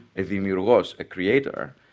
a demiourgos, a creator,